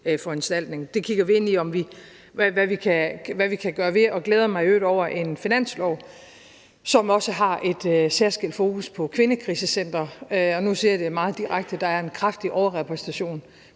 foranstaltning. Det kigger vi ind i hvad vi kan gøre ved. Jeg glæder mig i øvrigt over en finanslov, som også har et særskilt fokus på kvindekrisecentre, og nu siger jeg det meget direkte: Der er en kraftig overrepræsentation